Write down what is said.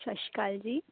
ਸਤਿ ਸ਼੍ਰੀ ਅਕਾਲ ਜੀ